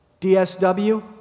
DSW